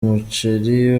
umuceri